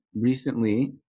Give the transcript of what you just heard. recently